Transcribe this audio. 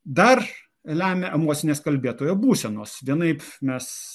dar lemia emocinės kalbėtojo būsenos vienaip mes